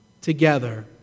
together